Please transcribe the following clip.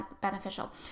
beneficial